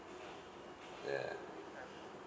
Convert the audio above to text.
ya